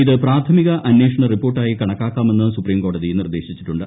ഇത് പ്രാഥമിക അന്വേഷണ റിപ്പോർട്ടായി കണക്കാക്കാമെന്ന് സുപ്രീം കോടതി നിർദ്ദേശിച്ചിട്ടുണ്ട്